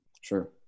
Sure